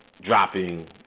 dropping